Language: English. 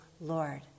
Lord